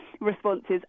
responses